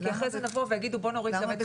כי אחרי זה יבואו ויגידו בואו נוריד גם את ח'.